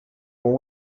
con